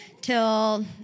Till